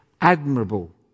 admirable